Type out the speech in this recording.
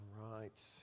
right